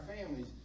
families